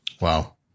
Wow